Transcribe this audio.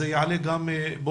וזה יעלה בדיון.